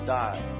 die